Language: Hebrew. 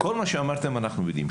כל מה שאמרתם אנחנו יודעים,